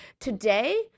Today